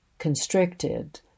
constricted